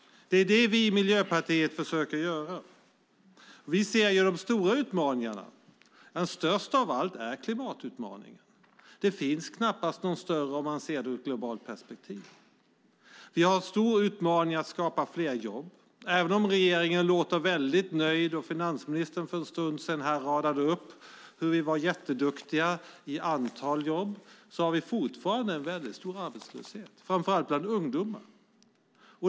Det är detta vi i Miljöpartiet försöker göra. Vi ser de stora utmaningarna, men störst är klimatutmaningen. Det finns knappast någon större utmaning om man ser det ur ett globalt perspektiv. Det är en stor utmaning att skapa fler jobb. Även om regeringen låter nöjd och finansministern för en stund sedan radade upp hur duktig man är vad gäller antalet jobb har vi fortfarande en stor arbetslöshet, framför allt bland ungdomar.